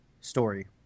story